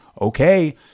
Okay